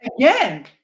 Again